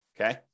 Okay